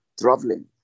traveling